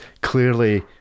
clearly